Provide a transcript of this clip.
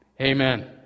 amen